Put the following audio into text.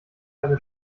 eine